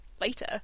later